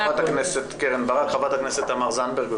חברת הכנסת תמר זנדברג.